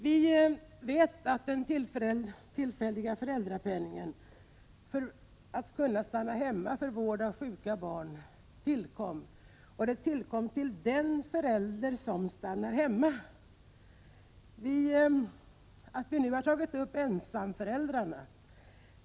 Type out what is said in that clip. Vi vet att den tillfälliga föräldrapenningen tillkommer den förälder som stannar hemma för att vårda sjuka barn. Vi har nu också behandlat ensamföräldrarna.